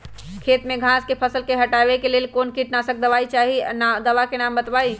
खेत में घास के फसल से हटावे के लेल कौन किटनाशक दवाई चाहि दवा का नाम बताआई?